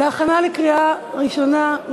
להכנה לקריאה ראשונה.